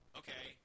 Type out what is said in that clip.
okay